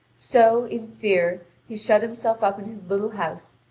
so, in fear, he shut himself up in his little house,